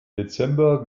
dezember